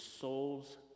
soul's